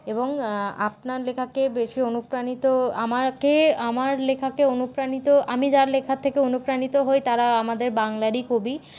এবং আপনার লেখাকে বেশি অনুপ্রাণিত আমাকে আমার লেখাকে অনুপ্রাণিত আমি যার লেখার থেকে অনুপ্রাণিত হই তারা আমাদের বাংলারই কবি